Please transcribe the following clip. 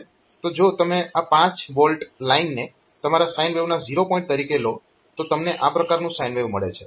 તો જો તમે આ 5 V લાઈનને તમારા સાઈન વેવના ઝીરો પોઇન્ટ તરીકે લો તો તમને આ પ્રકારનું સાઈન વેવ મળે છે